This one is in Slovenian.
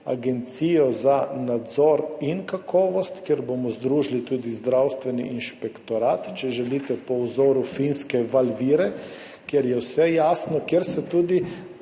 agencijo za nadzor in kakovost, kjer bomo združili tudi zdravstveni inšpektorat, če želite po vzoru Finske Valvire, kjer je vse jasno, kjer se tudi